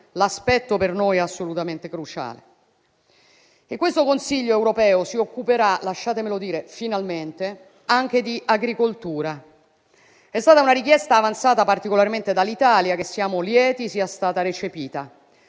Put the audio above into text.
l'aspetto per noi assolutamente cruciale. Questo Consiglio europeo si occuperà - finalmente, lasciatemelo dire - anche di agricoltura. È stata una richiesta avanzata particolarmente dall'Italia, che siamo lieti sia stata recepita.